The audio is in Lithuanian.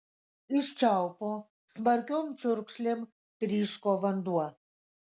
iš čiaupo smarkiom čiurkšlėm tryško vanduo